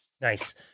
nice